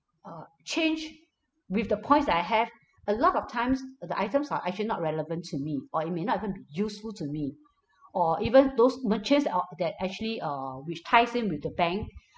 uh change with the points that I have a lot of times the items are actually not relevant to me or it may not even be useful to me or even those merchants that or that actually err which ties in with the bank